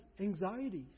anxieties